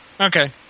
Okay